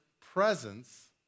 presence